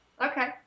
Okay